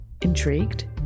Intrigued